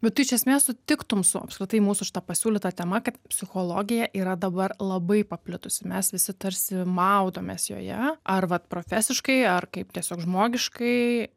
bet tu iš esmės sutiktum su apskritai mūsų šita pasiūlyta tema kad psichologija yra dabar labai paplitusi mes visi tarsi maudomės joje ar vat profesiškai ar kaip tiesiog žmogiškai